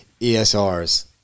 ESRs